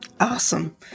Awesome